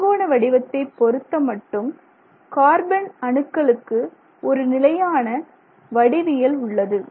அறுங்கோண வடிவத்தை பொறுத்த மட்டும் கார்பன் அணுக்களுக்கு ஒரு நிலையான வடிவியல் உள்ளது